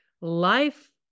life